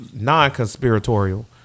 Non-conspiratorial